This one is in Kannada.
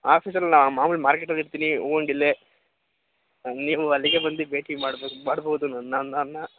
ಆಫೀಸಿಲ್ಲಲ್ಲ ಮಾಮೂಲಿ ಮಾರ್ಕೆಟಲ್ಲಿ ಇರ್ತೀನಿ ಹೂವ್ ಅಂಗಡಿಲೆ ನೀವು ಅಲ್ಲಿಗೆ ಬಂದು ಭೇಟಿ ಮಾಡ್ಬೋದು ಮಾಡ್ಬೋದು ನನ್ನ ನನ್ನ ನನ್ನ ನನ್ನ